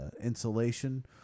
insulation